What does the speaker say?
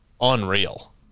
unreal